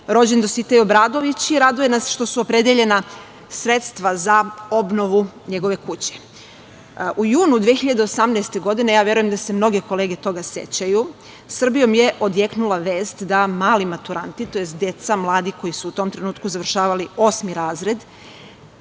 rođen Dositej Obradović i raduje nas što su opredeljena sredstva za obnovu njegove kuće.U junu 2018 godine, ja verujem da se mnoge kolege toga sećaju, Srbijom je odjeknula vest da mali maturanti, tj. mladi koji su u tom trenutku završavali osmi razred,